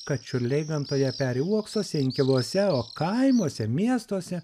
kad čiurliai gamtoje peri uoksuose inkiluose o kaimuose miestuose